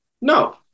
no